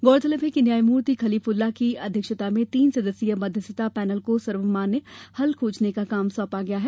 गौरतलब है कि न्यायमूर्ति खलीफुल्ला की अध्यक्षता में तीन सदस्यीय मध्यस्थता पैनल को सर्वमान्य हल खोजने का काम सौंपा गया है